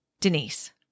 Denise